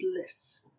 bliss